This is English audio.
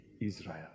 Israel